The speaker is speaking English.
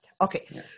Okay